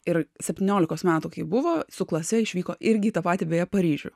ir septyniolikos metų kai buvo su klase išvyko irgi į tą patį beje paryžių